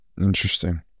interesting